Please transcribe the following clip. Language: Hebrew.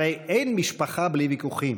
הרי אין משפחה בלי ויכוחים,